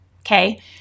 okay